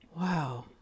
Wow